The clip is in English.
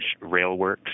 railworks